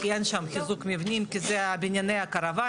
כי אין שם חיזוק מבנים כי אלה בנייני הקרוואנים.